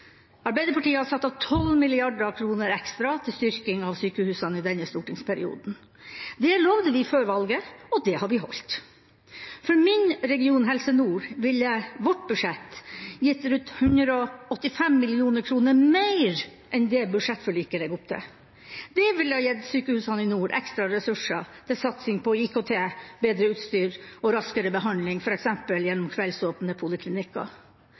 Arbeiderpartiet har satt av 12 mrd. kr ekstra til styrking av sykehusene i denne stortingsperioden. Det lovte vi før valget, og det har vi holdt. For min region, Helse Nord, ville vårt budsjett gitt rundt 185 mill. kr mer enn det budsjettforliket legger opp til. Det ville gitt sykehusene i nord ekstra ressurser til satsing på IKT, bedre utstyr og raskere behandling, f.eks. gjennom kveldsåpne poliklinikker.